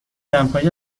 دمپایی